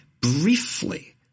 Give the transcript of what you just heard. briefly